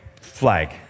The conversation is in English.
flag